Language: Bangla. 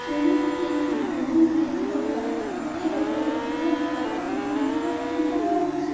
cherish x Bunty cake topper এর ওপর কি একটা কিনলে একটা ফ্রি পাওয়া যাচ্ছে